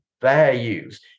values